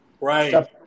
right